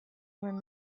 omen